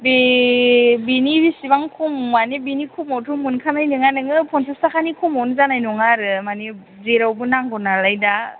बे बिनि बेसेबां खम माने बेनि खमावथ' मोनखानाय नोङा नोङो फनसास थाखानि खमावनो जानाय नङा आरो माने जेरावबो नांगौ नालाय दा